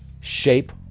shape